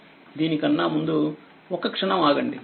దీనికన్నా ముందు ఒక్క క్షణం ఆగండి